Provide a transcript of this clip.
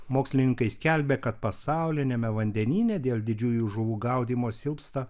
mokslininkai skelbia kad pasauliniame vandenyne dėl didžiųjų žuvų gaudymo silpsta